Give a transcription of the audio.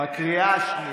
בקריאה השנייה,